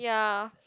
ya